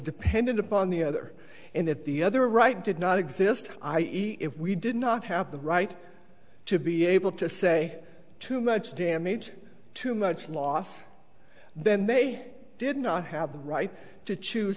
dependent upon the other and that the other right did not exist i e if we did not have the right to be able to say too much damage too much loss then they did not have the right to choose